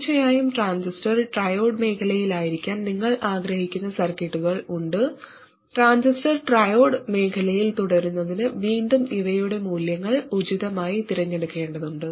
തീർച്ചയായും transistor triode മേഖലയിലായിരിക്കാൻ നിങ്ങൾ ആഗ്രഹിക്കുന്ന സർക്യൂട്ടുകൾ ഉണ്ട് ട്രാൻസിസ്റ്റർ ട്രയോഡ് മേഖലയിൽ തുടരുന്നതിന് വീണ്ടും ഇവയുടെ മൂല്യങ്ങൾ ഉചിതമായി തിരഞ്ഞെടുക്കേണ്ടതുണ്ട്